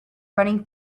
running